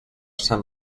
sant